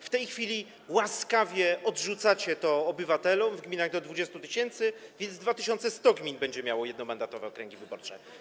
W tej chwili łaskawie „odrzucacie” to obywatelom w gminach do 20 tys., więc 2100 gmin będzie miało jednomandatowe okręgi wyborcze.